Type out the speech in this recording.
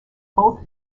both